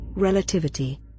relativity